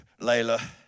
Layla